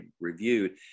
reviewed